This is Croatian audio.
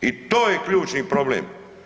I to je ključni problem.